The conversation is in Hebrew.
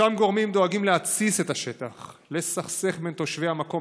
אותם גורמים דואגים להתסיס את השטח ולסכסך בין תושבי המקום